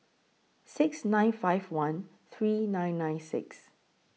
six nine five one three nine nine six